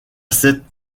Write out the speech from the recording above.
cette